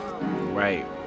right